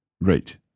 Right